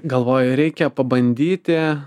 galvoju reikia pabandyti